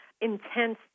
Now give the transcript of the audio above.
intense